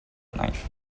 knife